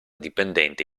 dipendente